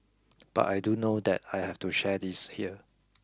but I do know that I have to share this here